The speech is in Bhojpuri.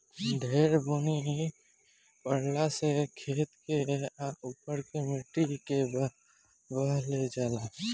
ढेर बुनी परला से खेत के उपर के माटी के बहा ले जाला